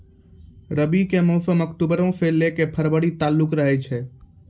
रबी के मौसम अक्टूबरो से लै के फरवरी तालुक रहै छै